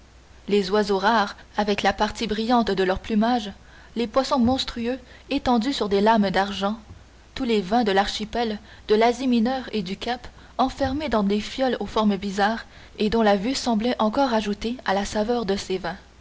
les oiseaux rares avec la partie brillante de leur plumage les poissons monstrueux étendus sur des larmes d'argent tous les vins de l'archipel de l'asie mineure et du cap enfermés dans des fioles aux formes bizarres et dont la vue semblait encore ajouter à la saveur de ces vins